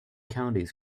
counties